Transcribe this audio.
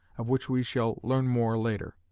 of which we shall learn more later.